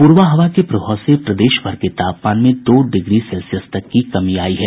प्रबा हवा के प्रभाव से प्रदेश भर के तापमान में दो डिग्री सेल्सियस तक की कमी आयी है